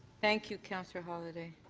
thank you, councillor holyday.